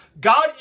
God